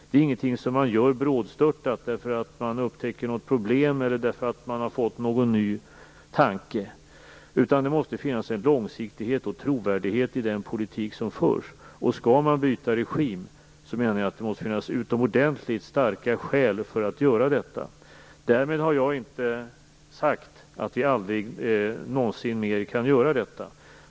Det är inget som man gör brådstörtat därför att man upptäcker något problem eller får någon ny tanke. Det måste finnas en långsiktighet och trovärdighet i den politik som förs. Skall man byta regim menar jag att det måste finnas utomordentligt starka skäl för att göra detta. Därmed har jag inte sagt att vi aldrig någonsin mer kan göra det.